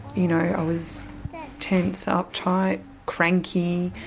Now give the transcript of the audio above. you know, i was tense, ah uptight, cranky,